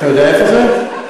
אתה יודע איפה זה?